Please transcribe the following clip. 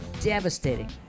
devastating